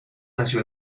nació